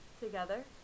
Together